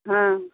हँ